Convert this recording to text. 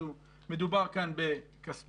אנחנו מתכנסים לדיון מהיר לבקשתו של חבר הכנסת